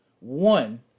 one